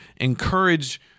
encourage